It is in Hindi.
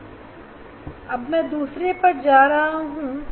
हां अब मैं दूसरे पर हूं